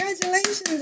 Congratulations